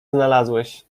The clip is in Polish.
znalazłeś